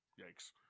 yikes